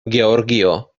georgio